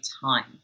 time